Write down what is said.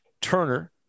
Turner